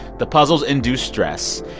the puzzles induced stress.